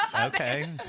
Okay